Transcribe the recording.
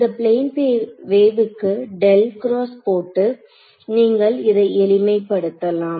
இந்த பிளேன் வேவுக்கு del cross போட்டு நீங்கள் இதை எளிமை படுத்தலாம்